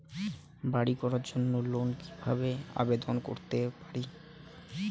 বাড়ি করার জন্য লোন কিভাবে আবেদন করতে পারি?